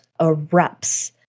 erupts